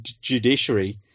judiciary